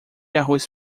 arroz